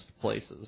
places